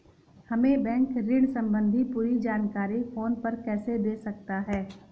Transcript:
हमें बैंक ऋण संबंधी पूरी जानकारी फोन पर कैसे दे सकता है?